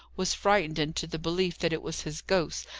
was frightened into the belief that it was his ghost,